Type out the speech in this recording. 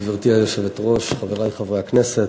גברתי היושבת-ראש, חברי חברי הכנסת,